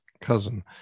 cousin